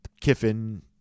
Kiffin